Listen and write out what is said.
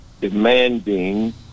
demanding